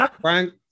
Frank